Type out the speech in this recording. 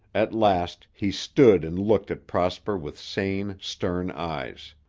at last, he stood and looked at prosper with sane, stern eyes.